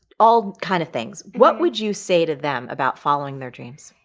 all kind of things. what would you say to them about following their dreams?